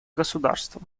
государства